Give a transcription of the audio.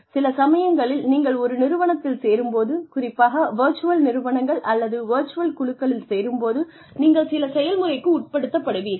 சில சமயங்களில் நீங்கள் ஒரு நிறுவனத்தில் சேரும் போது குறிப்பாக விர்சுவல் நிறுவனங்கள் அல்லது விர்சுவல் குழுக்களில் சேரும் போது நீங்கள் சில செயல்முறைக்கு உட்படுத்தப்படுவீர்கள்